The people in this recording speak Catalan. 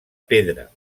pedra